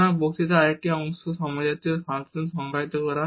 সুতরাং এই বক্তৃতার আরেকটি অংশ হল সমজাতীয় ফাংশন সংজ্ঞায়িত করা